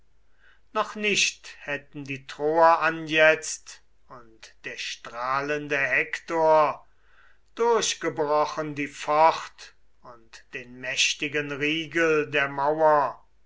noch nicht hätten die troer anjetzt und der strahlende hektor durchgebrochen die pfort und den mächtigen riegel der mauer